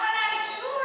הבעיה היא חינוכית.